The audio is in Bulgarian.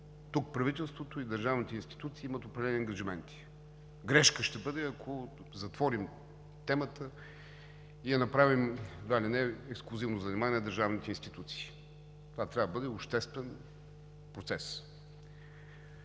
тук, правителството и държавните институции имат определени ангажименти. Грешка ще бъде, ако затворим темата и я направим едва ли не ексклузивно занимание на държавните институции. Това трябва да бъде обществен процес.